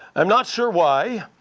i'm not sure why,